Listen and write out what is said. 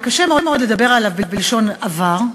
וקשה מאוד לדבר עליו בלשון עבר,